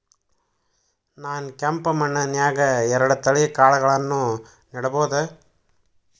ನಾನ್ ಕೆಂಪ್ ಮಣ್ಣನ್ಯಾಗ್ ಎರಡ್ ತಳಿ ಕಾಳ್ಗಳನ್ನು ನೆಡಬೋದ?